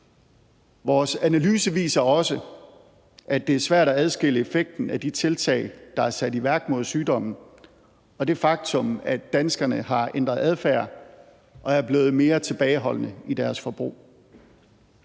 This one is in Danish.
Vores analyse viser også, at det er svært at adskille effekten af de tiltag, der er sat i værk mod sygdommen, og det faktum, at danskerne har ændret adfærd og er blevet mere tilbageholdende i deres forbrug.